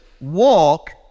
walk